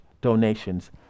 donations